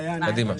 אין בעיה.